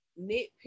nitpick